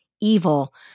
evil